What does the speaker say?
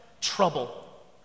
trouble